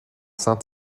saint